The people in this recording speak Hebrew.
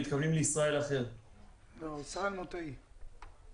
להזכיר לנו למה אנחנו כאן,